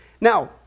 now